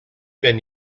been